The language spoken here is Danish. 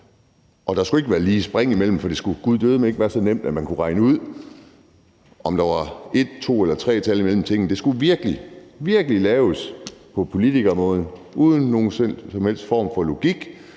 Og der skulle ikke være lige spring imellem, for det skulle guddødeme ikke være så nemt, at man kunne regne ud, om der var et, to eller tre tal imellem karaktererne. Det skulle virkelig laves på politikermåden – uden nogen som helst form for logik.